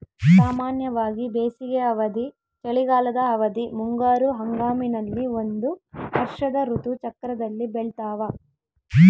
ಸಾಮಾನ್ಯವಾಗಿ ಬೇಸಿಗೆ ಅವಧಿ, ಚಳಿಗಾಲದ ಅವಧಿ, ಮುಂಗಾರು ಹಂಗಾಮಿನಲ್ಲಿ ಒಂದು ವರ್ಷದ ಋತು ಚಕ್ರದಲ್ಲಿ ಬೆಳ್ತಾವ